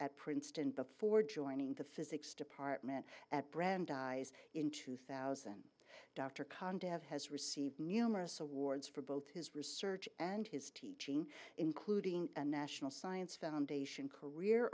at princeton before joining the physics department at brandeis in two thousand dr condit has received numerous awards for both his research and his teaching including the national science foundation